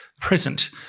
present